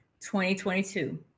2022